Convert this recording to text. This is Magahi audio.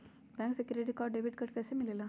बैंक से क्रेडिट और डेबिट कार्ड कैसी मिलेला?